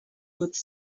good